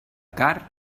car